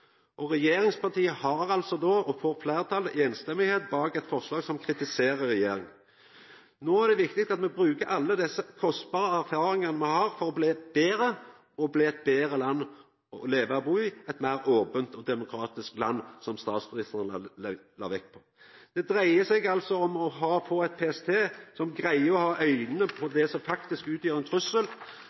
har, og får, samrøystes fleirtal bak eit forslag som kritiserer regjeringa. Nå er det viktig at me bruker alle desse kostbare erfaringane me har til å bli betre og bli eit betre land å leva og bu i, eit meir ope og demokratisk land, som statsministeren la vekt på. Det dreier seg om å få eit PST som greier å ha auga på det som faktisk utgjer